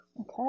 Okay